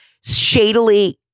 shadily